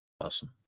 awesome